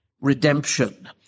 redemption